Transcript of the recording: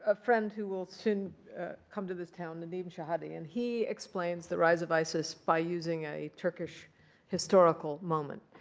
ah friend who will soon come to this town, nadim shehadi. and he explains the rise of isis by using a turkish historical moment.